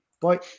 Bye